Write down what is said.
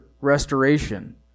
restoration